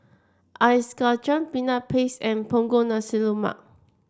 Ice Kachang Peanut Paste and punggol nasi rumak